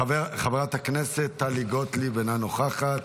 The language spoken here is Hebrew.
חברת הכנסת טלי גוטליב, אינה נוכחת,